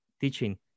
teaching